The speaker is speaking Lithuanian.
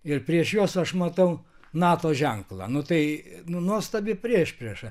ir prieš juos aš matau nato ženklą nu tai nuostabi priešprieša